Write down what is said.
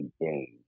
game